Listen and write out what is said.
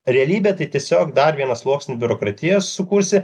realybė tai tiesiog dar vienas sluoksniį biurokratijos sukursi